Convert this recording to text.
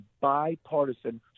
bipartisan